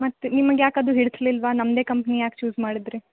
ಮತ್ತು ನಿಮಗೆ ಯಾಕೆ ಅದು ಹಿಡಿಸ್ಲಿಲ್ವಾ ನಮ್ಮದೇ ಕಂಪ್ನಿ ಯಾಕೆ ಚೂಸ್ ಮಾಡಿದೀರಿ